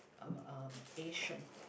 uh uh Asian